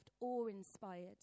awe-inspired